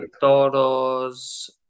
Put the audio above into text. Toro's